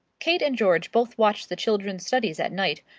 kate and george both watched the children's studies at night,